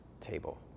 table